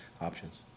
options